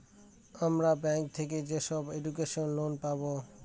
আমরা ব্যাঙ্ক থেকে যেসব এডুকেশন লোন পাবো